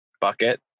bucket